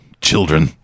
children